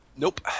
Nope